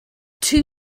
too